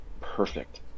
perfect